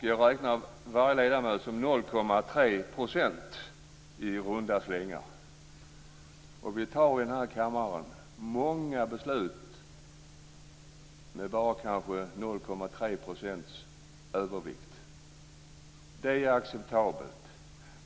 Jag räknar varje ledamot som i runda slängar 0,3 %. Vi tar i denna kammare många beslut med bara 0,3 % övervikt. Det är acceptabelt.